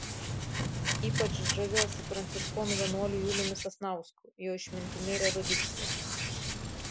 ypač žaviuosi pranciškonų vienuoliu juliumi sasnausku jo išmintimi ir erudicija